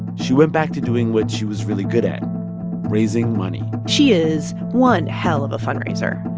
she went back to doing what she was really good at raising money she is one hell of a fundraiser,